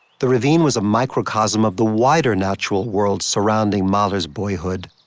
the ravine was a microcosm of the wider natural world surrounding mahler's boyhood.